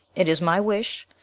it is my wish,